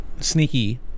sneaky